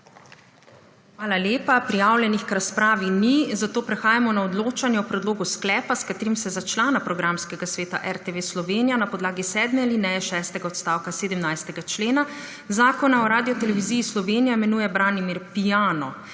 Hvala lepa. Prijavljenih k razpravi ni, zato prehajamo na odločanje o predlogu sklepa, s katerim se za člana programskega sveta RTV Slovenija na podlagi 7. alineje 6. odstavka 17. člena Zakona o Radioteleviziji Slovenija imenuje Branimir Piano,